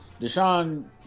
Deshaun